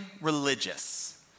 religious